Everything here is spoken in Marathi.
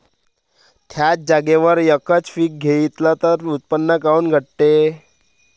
थ्याच जागेवर यकच पीक घेतलं त उत्पन्न काऊन घटते?